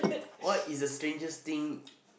what is the strangest thing